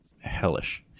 hellish